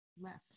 left